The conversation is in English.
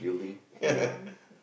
ya